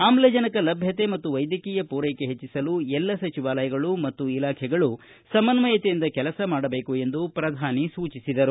ಆಮ್ಲಜನಕ ಲಭ್ಯತೆ ಮತ್ತು ವೈದ್ಧಕೀಯ ಪೂರೈಕೆ ಹೆಚ್ಚಿಸಲು ಎಲ್ಲ ಸಚಿವಾಲಯಗಳು ಮತ್ತು ಇಲಾಖೆಗಳು ಸಮನ್ನಯತೆಯಿಂದ ಕೆಲಸ ಮಾಡಬೇಕು ಎಂದು ಪ್ರಧಾನಿ ಸೂಚಿಸಿದರು